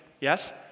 Yes